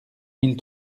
mille